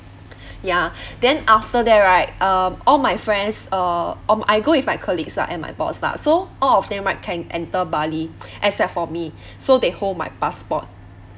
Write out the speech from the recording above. ya then after that right uh all my friends uh um I go with my colleagues lah and my boss lah so all of them right can enter bali except for me so they hold my passport